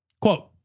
Quote